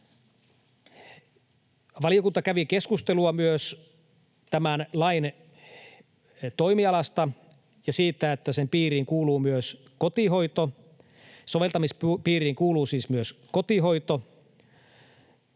Valiokunta kävi keskustelua myös tämän lain toimialasta ja siitä, että sen piiriin kuuluu myös kotihoito — soveltamispiiriin kuuluu siis myös kotihoito